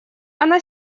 она